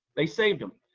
they saved them,